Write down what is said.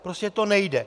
Prostě to nejde!